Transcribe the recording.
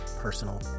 personal